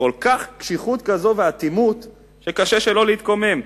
יש כזאת קשיחות ואטימות שקשה שלא להתקומם.